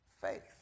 faith